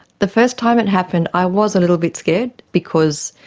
the first time it happened i was a little bit scared because,